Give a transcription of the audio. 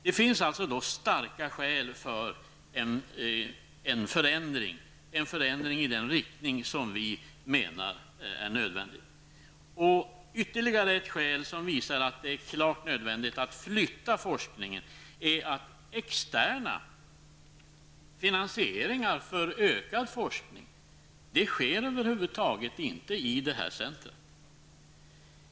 Det finns också starka skäl för en förändring i den riktning som vi menar är nödvändig. Och ytterligare ett skäl som visar att det är klart nödvändigt att flytta forskningen är att externa finansieringar för ökad forskning över huvud taget inte sker i detta centrum.